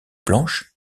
blanche